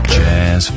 jazz